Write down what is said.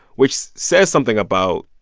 which says something about,